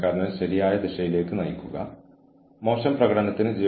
സംഘടനയുടെ ഭീഷണിപ്പെടുത്തൽ ഉപദ്രവിക്കൽ നയത്തിൽ പറഞ്ഞിരിക്കുന്ന നടപടിക്രമങ്ങൾ പാലിക്കുക